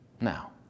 Now